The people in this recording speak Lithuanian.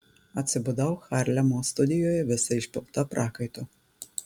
atsibudau harlemo studijoje visa išpilta prakaito